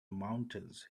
mountains